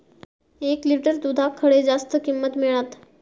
एक लिटर दूधाक खडे जास्त किंमत मिळात?